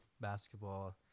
basketball